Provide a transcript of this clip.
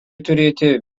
turėti